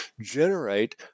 generate